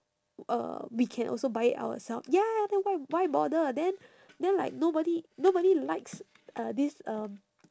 uh we can also buy it oursel~ ya then why why bother then then like nobody nobody likes uh this um